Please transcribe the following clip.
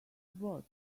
both